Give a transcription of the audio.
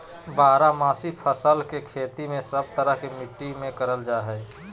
बारहमासी फसल के खेती सब तरह के मिट्टी मे करल जा हय